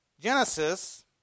Genesis